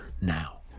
now